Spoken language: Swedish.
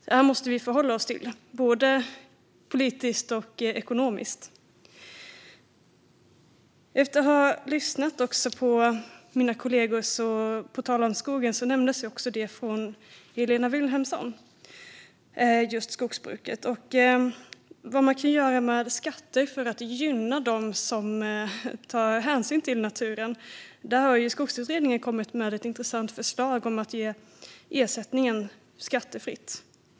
Det måste vi förhålla oss till, både politiskt och ekonomiskt. På tal om skogen nämnde Helena Vilhelmsson just skogsbruket och vad man kan göra med skatter för att gynna dem som tar hänsyn till naturen. Där har Skogsutredningen kommit med ett intressant förslag om att ge ersättningen skattefritt.